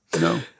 No